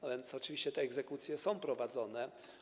A więc oczywiście te egzekucje są prowadzone.